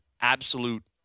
absolute